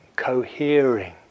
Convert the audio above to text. cohering